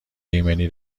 ایمنی